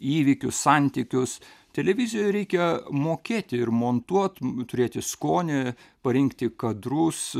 įvykių santykius televizijoj reikia mokėti ir montuot turėti skonį parinkti kadrus